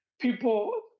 people